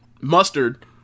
Mustard